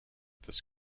this